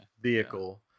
vehicle